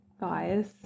guys